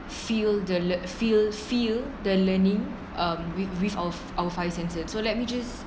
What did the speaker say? feel the lear~ feel feel the learning um with with our our five senses so let me just